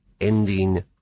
ending